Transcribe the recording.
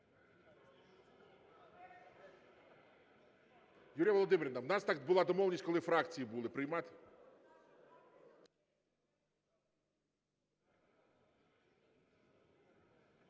Юліє Володимирівно, у нас так була домовленість, коли фракції були, приймати...